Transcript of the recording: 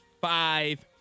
five